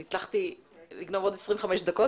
אני הצלחתי לגנוב עוד 25 דקות,